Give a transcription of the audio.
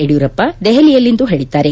ಯಡಿಯೂರಪ್ಪ ದೆಹಲಿಯಲ್ಲಿಂದು ಹೇಳಿದ್ದಾರೆ